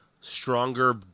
stronger